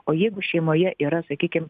o jeigu šeimoje yra sakykim